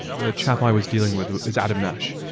the chap i was dealing with is adam nash,